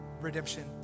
redemption